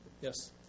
Yes